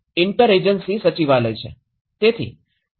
ની ઇન્ટરેજેન્સી સચિવાલય છે તેથી આ 2 આઈ